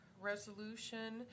Resolution